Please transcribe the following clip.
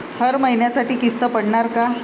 हर महिन्यासाठी किस्त पडनार का?